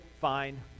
Fine